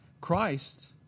Christ